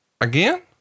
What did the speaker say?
Again